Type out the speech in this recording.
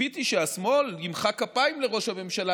ציפיתי שהשמאל ימחא כפיים לראש הממשלה,